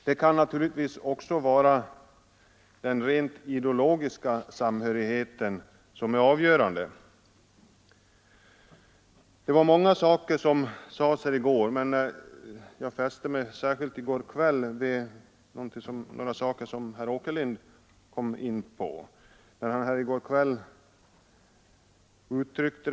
Det kan naturligtvis också vara Nr 112 den rent ideologiska samhörigheten som är avgörande. Onsdagen den Det var många saker som sades här i går, men jag fäste mig i går kväll 6 juni 1973 särskilt vid några saker som herr Åkerlind kom in på.